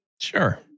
Sure